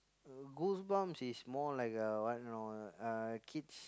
Goosebumps is more like a what you know uh kids